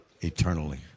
eternally